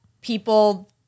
people